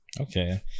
Okay